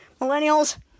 Millennials